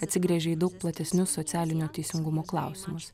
atsigręžė į daug platesnius socialinio teisingumo klausimus